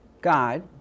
God